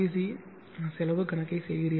C செலவு கணக்கை செய்கிறீர்கள்